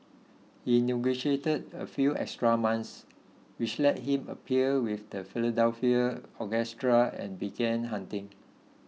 he negotiated a few extra months which let him appear with the Philadelphia Orchestra and began hunting